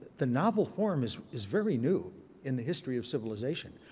the novel form is is very new in the history of civilization.